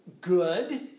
Good